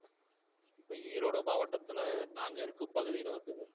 இப்போ ஈரோடு மாவட்டத்தில் நாங்கள் இருக்கும் பகுதியில் வந்து